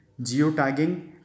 geotagging